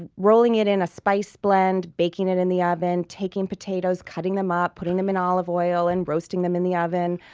ah rolling it in a spice blend, baking it in the oven, taking potatoes, cutting them up, putting them in olive oil and roasting them in the oven.